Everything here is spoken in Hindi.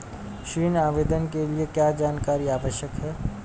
ऋण आवेदन के लिए क्या जानकारी आवश्यक है?